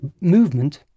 movement